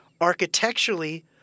architecturally